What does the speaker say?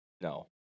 No